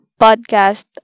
podcast